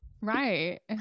right